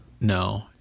No